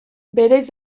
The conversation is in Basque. bereiz